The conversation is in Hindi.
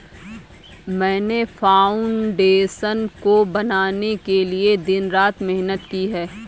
मैंने फाउंडेशन को बनाने के लिए दिन रात मेहनत की है